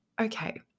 okay